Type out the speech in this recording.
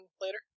later